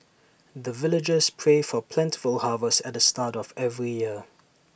the villagers pray for plentiful harvest at the start of every year